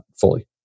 fully